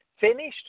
finished